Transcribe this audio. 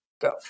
go